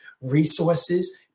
resources